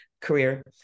career